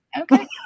Okay